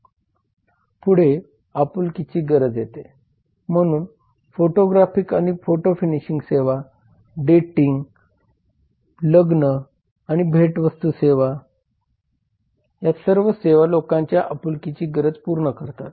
पुढे आपुलकीची गरज येते म्हणून फोटोग्राफिक आणि फोटो फिनिशिंग सेवा डेटिंग लग्न आणि भेटवस्तू सेवा या सर्व सेवा लोकांच्या आपुलकीची गरज पूर्ण करतात